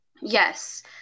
Yes